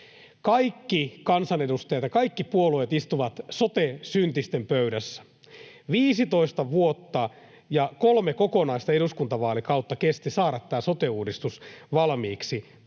Kaikki kansanedustajat ja kaikki puolueet istuvat sote-syntisten pöydässä. 15 vuotta ja kolme kokonaista eduskuntavaalikautta kesti saada tämä sote-uudistus valmiiksi.